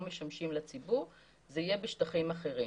משמשים לציבור אלא זה יהיה בשטחים אחרים,